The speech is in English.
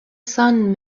son